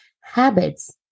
habits